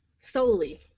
solely